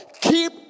Keep